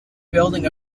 building